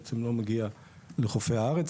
בעצם לא מגיע לחופי הארץ,